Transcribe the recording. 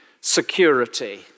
security